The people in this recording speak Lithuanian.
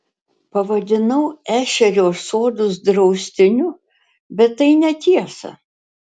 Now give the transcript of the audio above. pavadinau ešerio sodus draustiniu bet tai netiesa